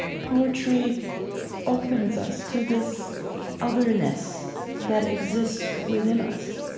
poetry opens us to this otherness that exists within us.